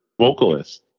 vocalist